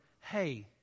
hey